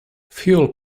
fuel